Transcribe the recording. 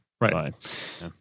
right